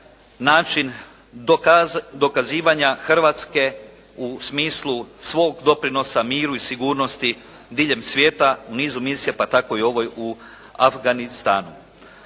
način dokazivanja Hrvatske u smislu svog doprinosa miru i sigurnosti diljem svijeta u nizu misija pa tako i ovoj u Afganistanu.